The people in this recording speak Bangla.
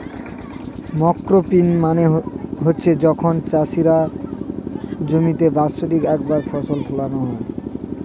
মনোক্রপিং মানে হচ্ছে যখন চাষের জমিতে বাৎসরিক একবার ফসল ফোলানো হয়